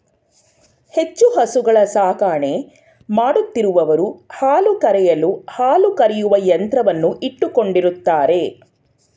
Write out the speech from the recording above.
ಹೆಚ್ಚು ಹಸುಗಳ ಸಾಕಣೆ ಮಾಡುತ್ತಿರುವವರು ಹಾಲು ಕರೆಯಲು ಹಾಲು ಕರೆಯುವ ಯಂತ್ರವನ್ನು ಇಟ್ಟುಕೊಂಡಿರುತ್ತಾರೆ